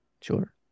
Sure